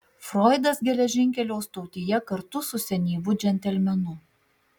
froidas geležinkelio stotyje kartu su senyvu džentelmenu